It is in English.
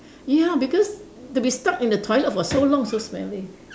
ya because to be stuck in the toilet for so long so smelly